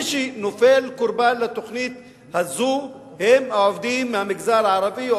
מי שנופל קורבן לתוכנית הזאת הם העובדים מהמגזר הערבי,